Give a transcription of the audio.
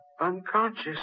unconscious